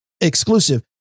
exclusive